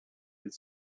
with